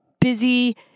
busy